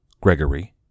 Gregory